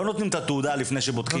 לא נותנים את התעודה לפני שבודקים?